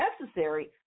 necessary